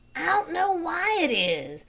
i don't know why it is,